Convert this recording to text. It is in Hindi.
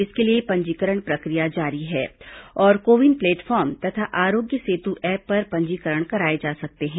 इसके लिए पंजीकरण प्रक्रिया जारी है और को विन प्लेटफॉर्म तथा आरोग्य सेतु ऐप पर पंजीकरण कराए जा सकते हैं